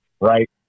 right